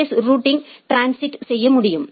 S routing transit செய்ய முடியும்